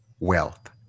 wealth